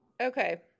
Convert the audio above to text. okay